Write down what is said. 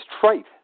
trite